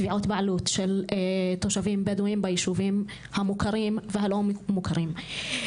תביעות בעלות של תושבים בדואים ביישובים המוכרים והלא מוכרים.